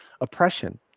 oppression